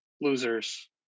losers